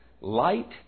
light